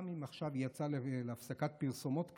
גם אם עכשיו היא יצאה להפסקת פרסומות קצרה,